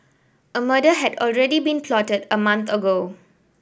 a murder had already been plotted a month ago